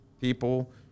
people